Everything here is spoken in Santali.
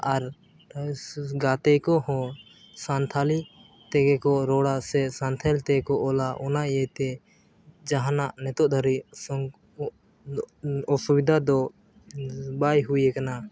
ᱟᱨ ᱜᱟᱛᱮ ᱠᱚᱦᱚᱸ ᱥᱟᱱᱛᱟᱲ ᱛᱮᱜᱮ ᱠᱚ ᱨᱚᱲᱟ ᱥᱮ ᱥᱟᱱᱛᱟᱲ ᱛᱮᱜᱮ ᱠᱚ ᱚᱞᱟ ᱚᱱᱟ ᱤᱭᱟᱹ ᱛᱮ ᱡᱟᱦᱟᱱᱟᱜ ᱱᱤᱛᱚᱜ ᱫᱷᱟᱹᱵᱤᱡ ᱚᱥᱩᱵᱤᱫᱷᱟ ᱫᱚ ᱵᱟᱭ ᱦᱩᱭ ᱠᱟᱱᱟ